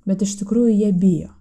bet iš tikrųjų jie bijo